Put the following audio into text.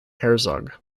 herzog